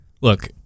look